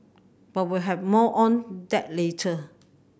but we'll have more on that later